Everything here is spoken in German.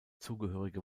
zugehörige